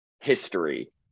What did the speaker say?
history